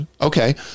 Okay